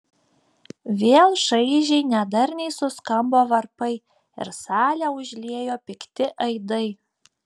vėl šaižiai nedarniai suskambo varpai ir salę užliejo pikti aidai